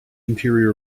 interior